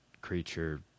creature